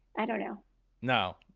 i don't know no